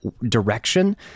direction